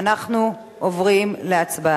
אנחנו עוברים להצעה